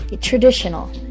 traditional